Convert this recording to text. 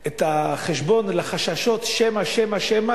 את החשבון לחששות שמא שמא שמא,